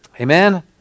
Amen